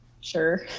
sure